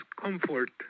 comfort